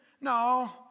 No